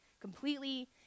completely